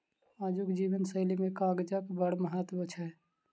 आजुक जीवन शैली मे कागजक बड़ महत्व छै